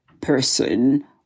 person